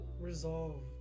resolve